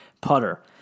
putter